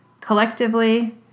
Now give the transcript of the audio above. collectively